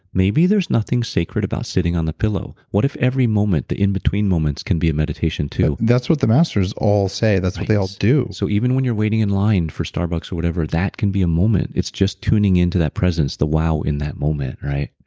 maybe there's nothing sacred about sitting on the pillow. what if every moment the in between moments can be a meditation, too that's what the master's all say. that's what they all do so even when you're waiting in line for starbucks or whatever, that can be a moment it's just tuning into that presence, the wow in that moment, right?